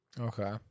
Okay